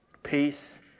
Peace